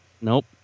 Nope